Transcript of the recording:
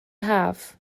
haf